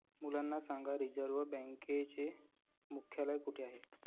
मुलांना सांगा रिझर्व्ह बँकेचे मुख्यालय कुठे आहे